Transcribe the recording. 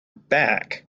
back